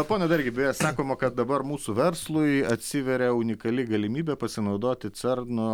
pone dargi beje sakoma kad dabar mūsų verslui atsiveria unikali galimybė pasinaudoti cerno